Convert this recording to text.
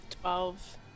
Twelve